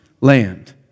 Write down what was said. land